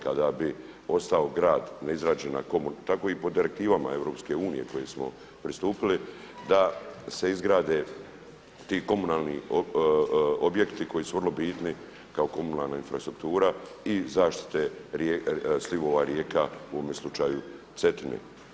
Kada bi ostao grad, neizrađena komunalna, tako i po direktivama EU koje smo pristupili, da se izgrade ti komunalni objekti koji su vrlo bitni kao komunalna infrastruktura i zaštite slivova rijeka u ovome slučaju Cetine.